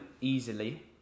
easily